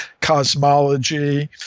cosmology